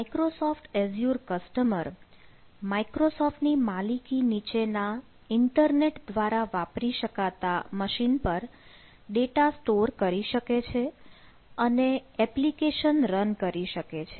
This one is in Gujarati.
માઈક્રોસોફ્ટ એઝ્યુર કસ્ટમર માઈક્રોસોફ્ટ ની માલિકી નીચેના ઇન્ટરનેટ દ્વારા વાપરી શકાતા મશીન પર ડેટા સ્ટોર કરી શકે છે અને એપ્લિકેશન રન કરી શકે છે